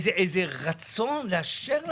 יש כאן איזה רצון לאשר להם.